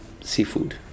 Seafood